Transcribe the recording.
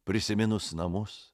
prisiminus namus